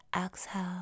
exhale